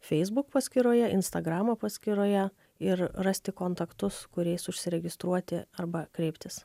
facebook paskyroje instagramo paskyroje ir rasti kontaktus kuriais užsiregistruoti arba kreiptis